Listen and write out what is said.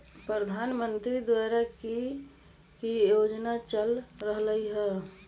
प्रधानमंत्री द्वारा की की योजना चल रहलई ह?